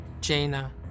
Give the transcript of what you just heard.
Jaina